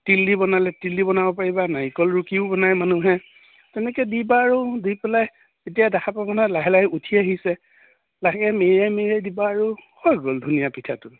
তিল দি বনালে তিল দি বনাব পাৰিবা নাৰিকল ৰুকিও বনাই মানুহে তেনেকৈ দিবা আৰু দি পেলাই তেতিয়া দেখা পাবা নহয় লাহে লাহে উঠি আহিছে লাহেকৈ মেৰিয়াই মেৰিয়াই দিবা আৰু হৈ গ'ল ধুনীয়া পিঠাটো